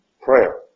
prayer